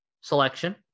selection